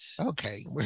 Okay